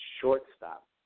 shortstop